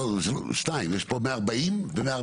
יש פה שתיים, יש פה 140 ו-141.